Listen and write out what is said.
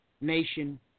nation